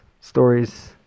stories